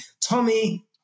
Tommy